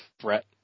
threat